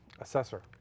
Assessor